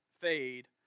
fade